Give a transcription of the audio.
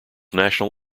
national